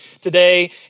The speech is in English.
today